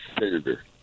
senator